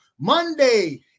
Monday